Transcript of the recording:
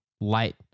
light